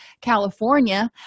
California